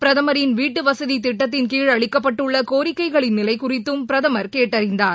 பிரதமரின் வீட்டுவசதிதிட்டத்தின்கீழ் அளிக்கப்பட்டுள்ளகோரிக்கைகளின் நிலைகுறித்தும் பிரதமர் கேட்டறிந்தார்